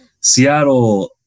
Seattle